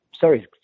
sorry